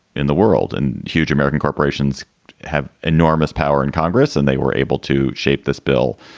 in the world, and huge american corporations have enormous power in congress and they were able to shape this bill